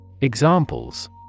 Examples